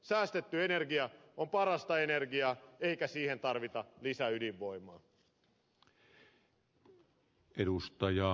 säästetty energia on parasta energiaa eikä siihen tarvita lisäydinvoimaa